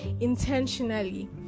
intentionally